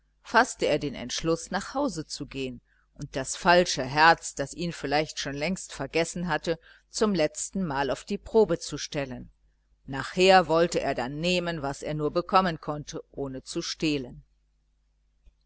faßte er den entschluß nach hause zu gehen und das falsche herz das ihn vielleicht schon längst vergessen hatte zum letztenmal auf die probe zu stellen nachher wollte er dann nehmen was er nur bekommen konnte ohne zu stehlen